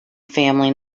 family